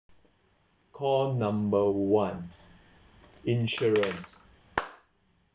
call number one insurance